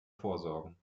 vorsorgen